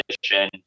mission